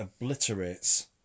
obliterates